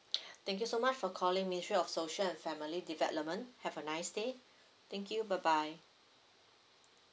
thank you so much for calling ministry of social and family development have a nice day thank you bye bye